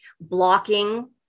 blocking